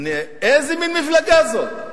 איזה מין מפלגה זאת?